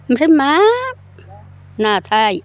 ओमफ्राय मा नाथाय